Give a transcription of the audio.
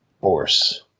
force